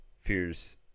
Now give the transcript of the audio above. fears